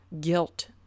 guilt